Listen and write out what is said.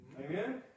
Amen